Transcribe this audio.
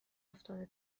افتاده